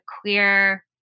queer